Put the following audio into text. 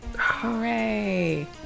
Hooray